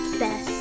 best